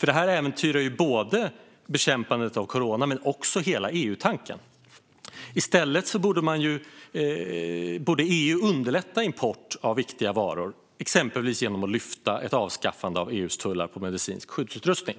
Det här äventyrar nämligen både bekämpandet av corona och hela EU-tanken. EU borde i stället underlätta för import av viktiga varor, exempelvis genom att avskaffa EU:s tullar på medicinsk skyddsutrustning.